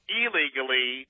illegally